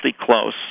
close